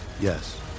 Yes